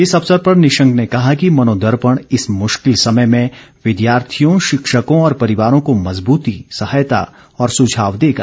इस अवसर पर निशंक ने कहा कि मनोदर्पण इस मुश्किल समय में विद्यार्थियों शिक्षकों और परिवारों को मजबूती सहायता और सुझाव देगा